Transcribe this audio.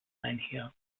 einher